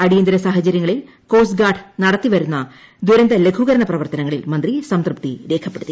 അടിയന്തര സാഹചര്യങ്ങളിൽ coast guard നടത്തിവരുന്ന ദുരന്ത ലഘൂകരണ പ്രർത്തനങ്ങളിൽ മന്ത്രി സംതൃപ്തിരേഖപ്പെടുത്തി